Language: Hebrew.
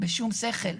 בשום שכל,